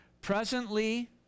Presently